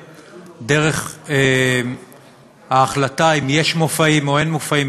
דרך ההחלטה אם יש מופעים או אין מופעים.